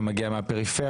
אתה מגיע מהפריפריה,